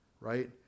right